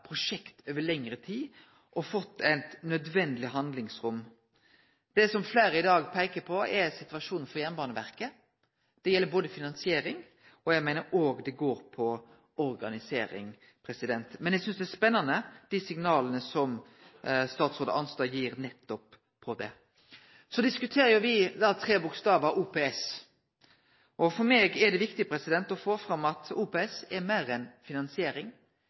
prosjekt over lengre tid og fått eit nødvendig handlingsrom. Det som fleire i dag peiker på, er situasjonen for Jernbaneverket. Det gjeld finansiering, og eg meiner òg at det gjeld organisering. Men eg synest det er spennande signal som statsråd Arnstad gir her. Så diskuterer me tre bokstavar: OPS. For meg er det viktig å få fram at OPS er meir enn finansiering.